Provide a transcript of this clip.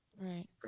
Right